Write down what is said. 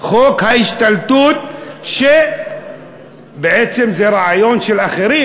חוק ההשתלטות זה בעצם רעיון של אחרים,